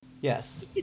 Yes